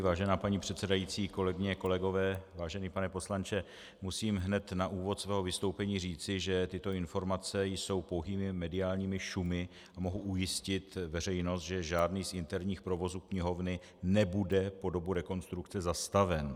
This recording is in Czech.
Vážená paní předsedající, kolegyně, kolegové, vážený pane poslanče, musím hned na úvod svého vystoupení říci, že tyto informace jsou pouhými mediálními šumy, a mohu ujistit veřejnost, že žádný z interních provozů knihovny nebude po dobu rekonstrukce zastaven.